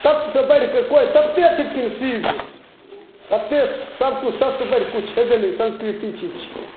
सत्यसे बढ़िके कोइ नहि सत्ये छलखिन शिव सत्ये सबकिछु सत्य से बढ़िके किछु छेबे नहि संस्कृति चीज छिकै